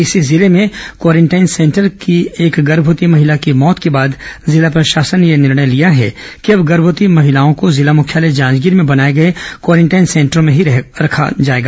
इसी जिले में क्वारेंटाइन सेंटर की एक गर्भवती महिला की मौत के बाद जिला प्रशासन ने यह निर्णय लिया है कि अब गर्भवती महिलाए जिला मुख्यालय जांजगीर में बनाए गए क्वारेंटाइन सेंटर में ही रहेंगी